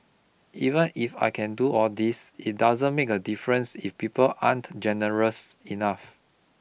even if I can do all this it doesn't make a difference if people aren't generous enough